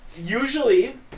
Usually